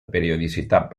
periodicitat